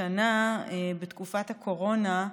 השנה, בתקופת הקורונה,